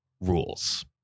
rules